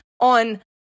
on